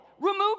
Remove